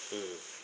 mm